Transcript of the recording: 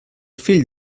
fill